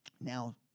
now